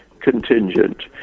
contingent